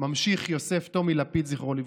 ממשיך יוסף טומי לפיד זכרו לברכה,